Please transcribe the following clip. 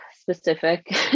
specific